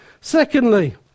secondly